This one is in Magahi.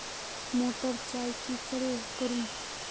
मोटर चास की करे करूम?